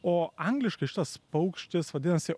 o angliškai šitas paukštis vadinasi